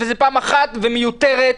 וזו פעם אחת מיותרת.